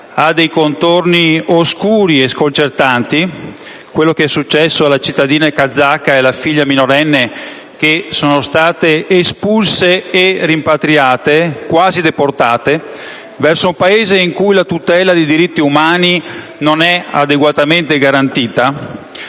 ha dei contorni oscuri e sconcertanti (parlo di quanto successo alla cittadina kazaka e alla figlia minorenne espulse e rimpatriate, quasi deportate, verso un Paese in cui la tutela dei diritti umani non è adeguatamente garantita),